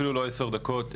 אפילו לא בעשר דקות,